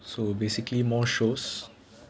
so basically more shows